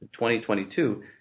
2022